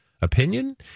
opinion